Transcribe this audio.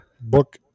book